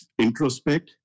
introspect